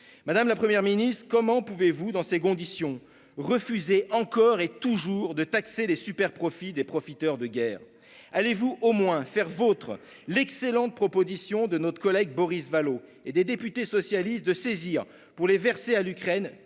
Madame la Première ministre, comment pouvez-vous, dans ces conditions, refuser encore et toujours de taxer les superprofits des profiteurs de guerre ? Allez-vous au moins faire vôtre l'excellente proposition de notre collègue Boris Vallaud et des députés socialistes de saisir, pour les verser à l'Ukraine,